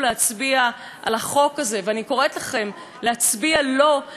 ואני קוראת לכם להצביע לא על החוק המפלה הזה,